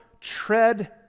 tread